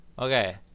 Okay